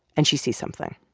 and she sees something